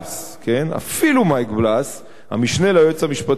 המשנה ליועץ המשפטי לממשלה,